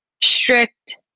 strict